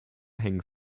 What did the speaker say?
hängen